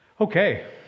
Okay